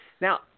Now